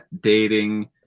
dating